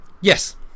yes